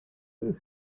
you